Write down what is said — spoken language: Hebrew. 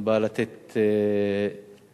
היא באה לתת תשובה